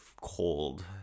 cold